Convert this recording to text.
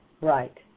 right